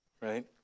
Right